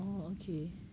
oh okay